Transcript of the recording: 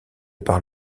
par